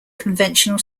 conventional